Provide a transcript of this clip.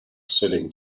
sitting